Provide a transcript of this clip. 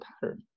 pattern